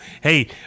Hey